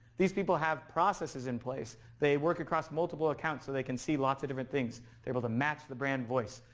these people have processes in place, they work across multiple accounts so they can see lots of different things. they're able to match the brand voice.